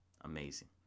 Amazing